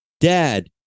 Dad